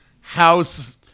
house